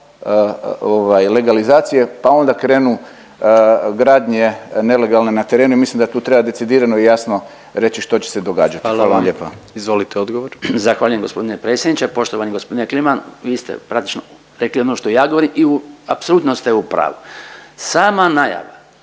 legalizacije pa onda krenu gradnje nelegalne na terenu i mislim da tu treba decidirano i jasno reći što će se događati. Hvala vam lijepa. **Jandroković, Gordan (HDZ)** Hvala vam. Izvolite odgovor. **Bačić, Branko (HDZ)** Zahvaljujem gospodine predsjedniče. Poštovani gospodine Kliman, vi ste praktično rekli ono što i ja govorim i u, apsolutno ste u pravu. Sama najava